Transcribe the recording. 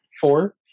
Four